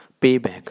payback